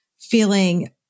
feeling